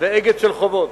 ואגד של חובות,